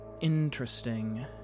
Interesting